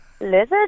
Lizard